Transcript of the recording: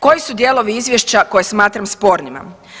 Koji su dijelovi izvješća koje smatram spornima?